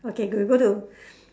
okay good we go to